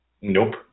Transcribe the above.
Nope